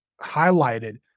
highlighted